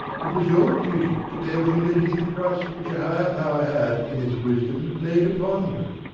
it was your duty to bear with humility the cross which a higher power had, in its wisdom, laid upon you.